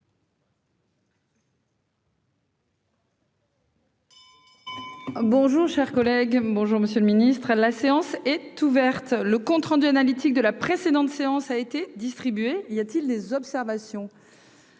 Bonjour, chers collègues, bonjour monsieur le Ministre, la séance est ouverte, le compte rendu analytique de la précédente séance a été distribué, y a-t-il des observations.